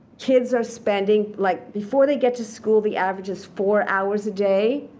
kids are spending like before they get to school, the average is four hours a day